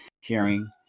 hearing